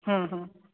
ਹਾਂ ਹਾਂ